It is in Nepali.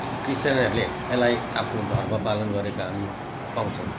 कि क्रिस्चियनहरूले यसलाई आफ्नो धर्म पालन गरेका हामी पाउँछौँ